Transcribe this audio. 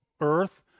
earth